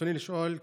ברצוני לשאול: